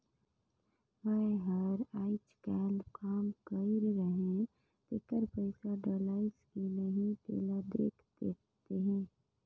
मै हर अईचकायल काम कइर रहें तेकर पइसा डलाईस कि नहीं तेला देख देहे?